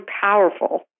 powerful